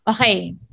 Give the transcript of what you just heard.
okay